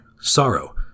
sorrow